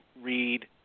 read